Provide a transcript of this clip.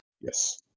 Yes